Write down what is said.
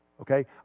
Okay